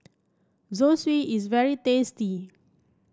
Zosui is very tasty